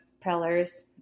pillars